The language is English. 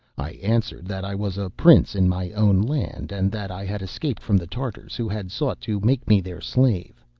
i answered that i was a prince in my own land, and that i had escaped from the tartars, who had sought to make me their slave.